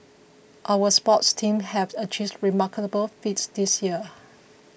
our sports teams have achieved remarkable feats this year